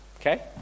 Okay